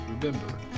Remember